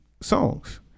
songs